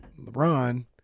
LeBron